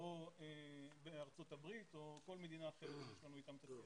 או בארצות הברית או בכל מדינה אחרת שיש לנו אתה קשרים.